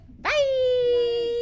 Bye